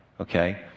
okay